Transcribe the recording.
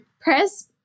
press